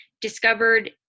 discovered